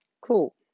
Cool